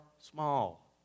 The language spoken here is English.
small